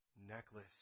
necklace